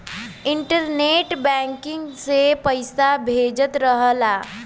internet banking से पइसा भेजत रहला